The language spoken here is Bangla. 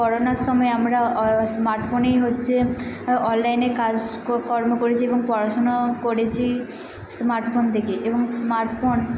করোনার সময় আমরা অ স্মার্ট ফোনেই হচ্ছে অনলাইনে কাজ কর্ম করেছি এবং পড়া শোনাও করেছি স্মার্ট ফোন থেকে এবং স্মার্ট ফোন